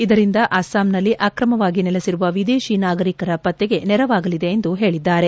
ಇದರಿಂದ ಅಸ್ಸಾಂನಲ್ಲಿ ಅಕ್ರಮವಾಗಿ ನೆಲೆಸಿರುವ ವಿದೇಶಿ ನಾಗರಿಕರ ಪತ್ತೆಗೆ ನೆರವಾಗಲಿದೆ ಎಂದು ಹೇಳಿದ್ದಾರೆ